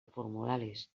formularis